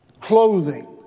Clothing